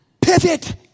pivot